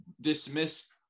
dismiss